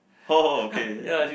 okay